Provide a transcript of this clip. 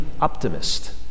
optimist